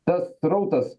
tas srautas